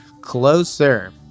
Closer